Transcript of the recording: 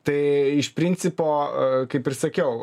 tai iš principo kaip ir sakiau